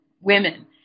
women